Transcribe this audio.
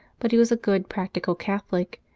but he was a good practical catholic,